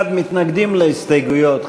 61 מתנגדים להסתייגות,